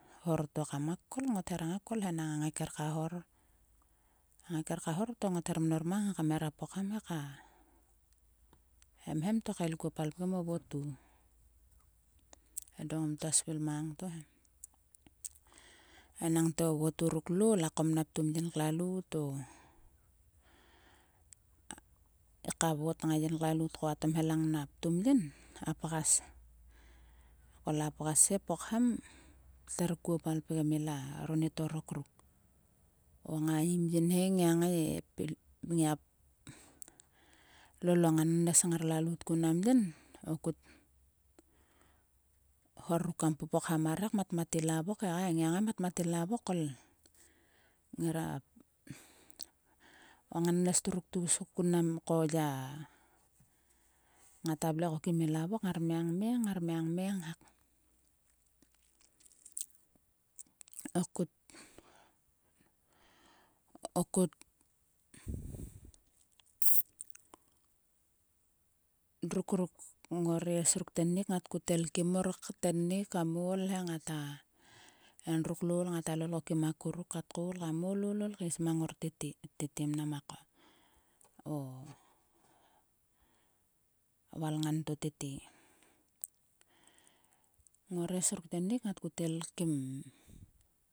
Hor to kam ngai kol. ngot hera ngai kol he. Enang a ngaiker ka hor. A ngaiker ka ho to ngot hera mnor mang he. Kam hera pokham he ka hem hem to kael kuo palpgem o votu. Edo ngom tua svil mang to he. Enangte o votuâ ruk loul. a kom na ptum yin klalout o. Ka vot nga yin klalout ko a tomhelang na ptum yin. A pgas. Kol a pgas he pokham. pter kuo palpgem ilaro ni torok ruk. O nga im yin he ngia ngia lol o ngannes ngar lalout kun mnan yin. O kut hor ruk kam popokham mar he kmatmat ila vok. Ai ngai ngai matmat ila vok kol ngira o ngannes ruk tgus kun nam ko ya. ngota vle ko kim ila vok ngar mie ngmeng. ngar mia ngmeng hak. O kut o kut druk ruk ngor es ruk tennik ngat kut elkim mor tennik kam ol he ngota. Endruk loul ngata lol ko kim akuruk kat koul kam ol ol kaes kim mor tete. Tete mnam o valngan to tete. Ngores ruk tennik ngat kut elkim.